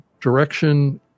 direction